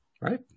right